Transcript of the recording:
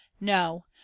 no